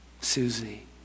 Susie